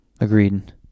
Agreed